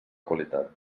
qualitat